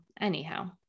anyhow